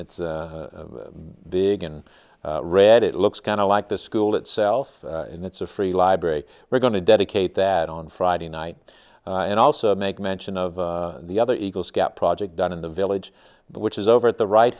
it's big and read it looks kind of like the school itself and it's a free library we're going to dedicate that on friday night and also make mention of the other eagle scout project done in the village which is over at the right